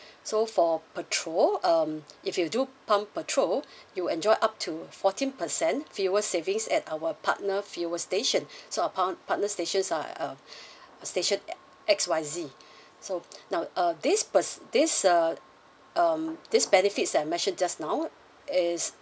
so for petrol um if you do pump petrol you'll enjoy up to fourteen percent fuel savings at our partner fuel station so our part~ partner stations are um station X Y Z so now uh this per~ this err um these benefits that I mention just now is